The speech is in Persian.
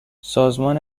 سازمان